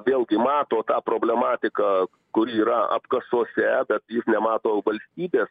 vėlgi mato tą problematiką kuri yra apkasuose bet nemato valstybės